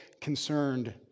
concerned